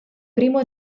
primo